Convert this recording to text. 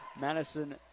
Madison